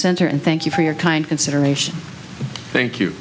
center and thank you for your kind consideration t